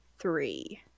three